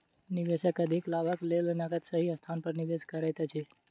निवेशक अधिक लाभक लेल नकद सही स्थान पर निवेश करैत अछि